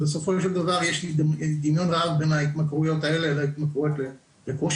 בסופו של דבר יש דימיון רב בין ההתמכרויות האלה להתמכרויות נרקוקטיות,